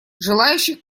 желающих